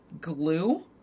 glue